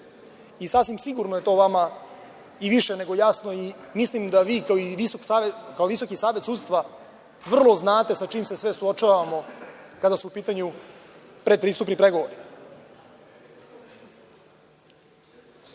i sasvim sigurno je to vama i više nego jasno. Mislim da vi kao Visoki savet sudstva vrlo dobro znate sa čime se sve suočavamo kada su u pitanju predpristupni pregovori. Mi